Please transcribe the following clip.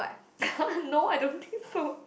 no I don't think so